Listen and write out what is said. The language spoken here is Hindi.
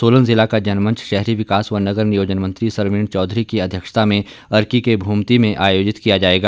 सोलन जिला का जनमंच शहरी विकास व नगर नियोजन मंत्री सरवीण चौधरी की अध्यक्षता में अर्की के भूमती में आयोजित किया जाएगा